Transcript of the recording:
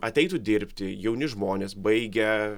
ateitų dirbti jauni žmonės baigę